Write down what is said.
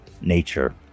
nature